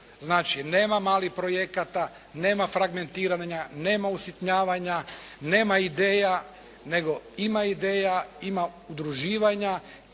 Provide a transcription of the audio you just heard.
Znači, nema malih projekata, nema fragmentiranja, nema usitnjavanja, nema ideja nego ima ideja, ima udruživanja